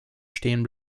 stehen